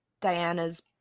Diana's